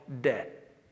debt